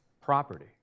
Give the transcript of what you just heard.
property